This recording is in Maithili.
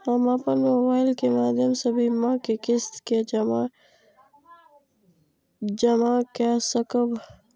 हम अपन मोबाइल के माध्यम से बीमा के किस्त के जमा कै सकब?